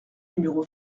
numéro